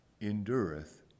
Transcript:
endureth